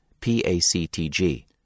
PACTG